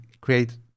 create